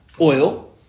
oil